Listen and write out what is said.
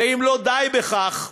ואם לא די בכך,